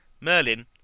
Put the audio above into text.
Merlin